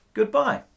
Goodbye